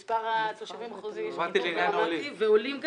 במספר התושבים החוזרים יש גידול --- ועולים גם.